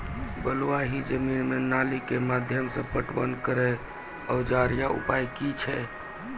बलूआही जमीन मे नाली के माध्यम से पटवन करै औजार या उपाय की छै?